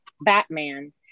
Batman